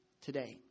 today